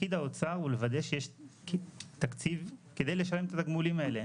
תפקיד האוצר הוא לוודא שיש תקציב כדי לשלם את התגמולים האלה.